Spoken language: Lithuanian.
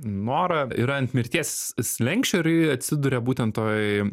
nora yra ant mirties slenksčio ir ji atsiduria būtent toj